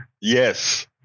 Yes